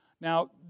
Now